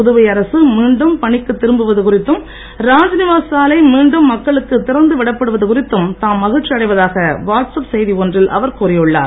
புதுவை அரசு மீண்டும் பணிக்குத் திரும்புவது குறித்தும் ராஜ்நிவாஸ் சாலை மீண்டும் மக்களுக்கு திறந்து விடப்படுவது குறித்தும் தாம் மகிழ்ச்சி அடைவதாக வாட்ஸ்அப் செய்தி ஒன்றில் அவர் கூறியுள்ளார்